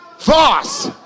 Voss